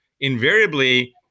invariably